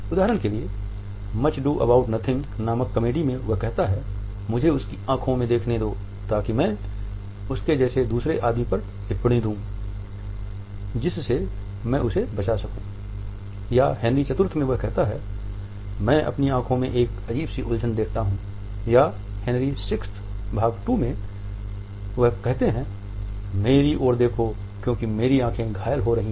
उदाहरण के लिए "मच अडू अबाउट नथिंग" नमक कॉमेडी में वह कहता है मुझे उसकी आंखें देखने दो ताकि मैं उसके जैसे दूसरे आदमी पर टिप्पणी दूं जिससे मैं उससे बच सकूँ या हेनरी चतुर्थ में वह कहता है मैं अपनी आंखों में एक अजीब सी उलझन देखता हूं या हेनरी VI भाग II में वह कहते हैं मेरी ओर देखो क्योंकि मेरी आँखें घायल हो रही हैं